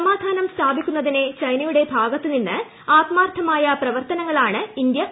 സമാധാനം സ്ഥാപിക്കുന്നതിന് ചൈനയുള്ട് ഭാഗത്തു നിന്ന് ആത്മാർത്ഥമായ പ്രവർത്തനങ്ങളാണ് ഇന്ത്യി പറഞ്ഞു